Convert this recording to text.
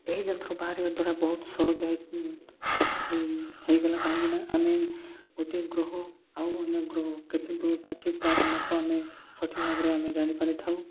ଏହି ଯନ୍ତ୍ର ବାହାରିବା ଦ୍ୱାରା ବହୁତ ସହଜ ହେଇଗଲା କାହିଁକିନା ଆମେ ଗୋଟିଏ ଗୃହ ଆଉ ଅନ୍ୟ ଗ୍ରହ କେତେ ଦୂରତ ଅଛି ତା'ର ମାପ ଆମେ ସଠିକ୍ ଭାବରେ ଆମେ ଜାଣିପାରିଥାଉ